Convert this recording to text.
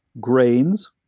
grains,